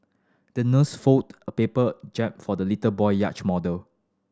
the nurse folded a paper jib for the little boy yacht model